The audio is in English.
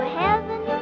heaven